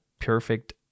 perfect